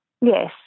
Yes